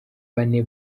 bane